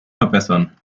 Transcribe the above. verbessern